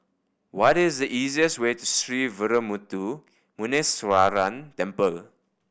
what is the easiest way to Sree Veeramuthu Muneeswaran Temple